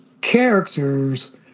characters